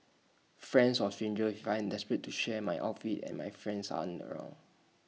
friends or strangers if I am desperate to share my outfit and my friends aren't around